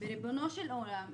ריבונו של עולם,